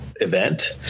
event